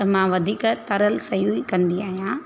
त मां वधीक तरियल शयूं ई कंदी आहियां